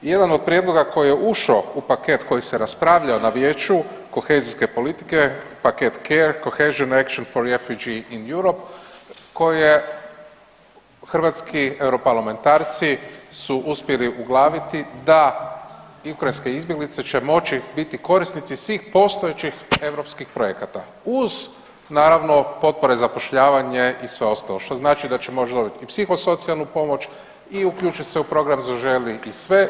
I jedan od prijedloga koji je ušao u paket koji se raspravljalo na vijeću kohezijske politike paket CARE Cohesions action for refugees in Europe koje hrvatski europarlamentarci su uspjeli uglaviti da ukrajinske izbjeglice će moći biti korisnici svih postojećih europskih projekata uz naravno potpore zapošljavanje i sve ostalo, što znači da će moći dobit i psihosocijalnu pomoć i uključit se u program Zaželi i sve.